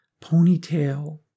ponytail